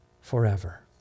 forever